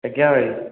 ଆଜ୍ଞା ଭାଇ